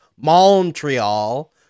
Montreal